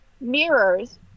mirrors